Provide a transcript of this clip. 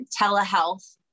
telehealth